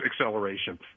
acceleration